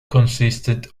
consisted